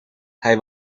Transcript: hij